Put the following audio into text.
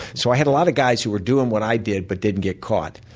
so i had a lot of guys who were doing what i did, but didn't get caught.